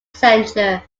centre